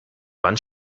wand